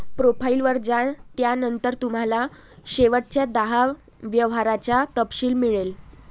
profile वर जा, त्यानंतर तुम्हाला शेवटच्या दहा व्यवहारांचा तपशील मिळेल